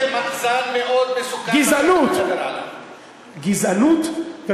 זה מאזן מאוד מסוכן, שאתה מדבר עליו.